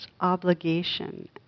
obligation